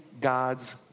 God's